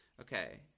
Okay